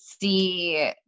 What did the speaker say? see